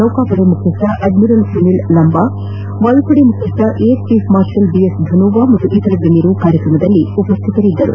ನೌಕಾಪಡೆ ಮುಖ್ಲಸ್ನ ಅಡ್ಕರಲ್ ಸುನಿಲ್ ಲಂಬಾ ವಾಯುಪಡೆಯ ಮುಖ್ಲಸ್ನ air chief marshal B S Dhanoa ಹಾಗೂ ಇತರ ಗಣ್ನರು ಕಾರ್ಯಕ್ರಮದಲ್ಲಿ ಉಪಸ್ನಿತರಿದ್ದರು